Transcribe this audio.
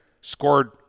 scored